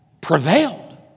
prevailed